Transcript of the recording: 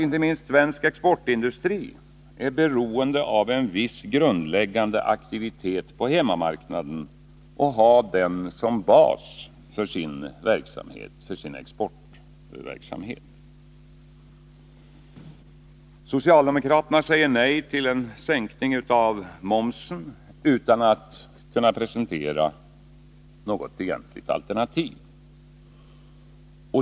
Inte minst svensk exportindustri är beroende av en viss grundläggande aktivitet på hemmamarknaden som bas för sin verksamhet. Socialdemokraterna säger nej till en sänkning av momsen utan att kunna presentera något egentligt alternativ.